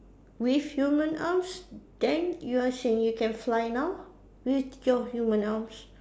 with human arms then you are saying you can fly now with your human arms